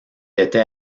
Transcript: était